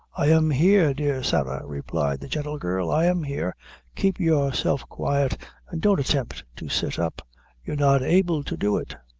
i am here, dear sarah, replied the gentle girl i am here keep yourself quiet and don't attempt to sit up you're not able to do it.